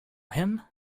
him